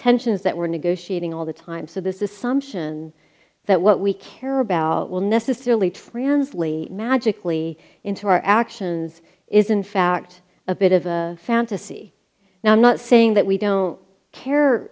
tensions that we're negotiating all the time so this is sumption that what we care about will necessarily translate magically into our actions is in fact a bit of a fantasy now i'm not saying that we don't care